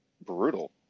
brutal